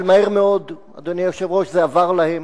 אבל מהר מאוד, אדוני היושב-ראש, זה עבר להם,